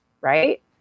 Right